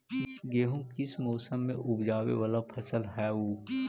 गेहूं किस मौसम में ऊपजावे वाला फसल हउ?